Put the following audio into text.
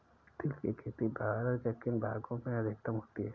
तिल की खेती भारत के किन भागों में अधिकतम होती है?